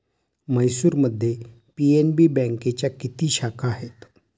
म्हैसूरमध्ये पी.एन.बी बँकेच्या किती शाखा आहेत?